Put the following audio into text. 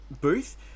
booth